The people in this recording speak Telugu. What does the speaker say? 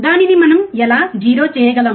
దానిని మనం ఎలా 0 చేయగలం